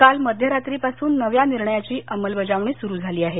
काल मध्यरात्रीपासून नव्या निर्णयाची अंमलबजावणी सुरु झाली आहे